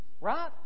Right